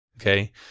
Okay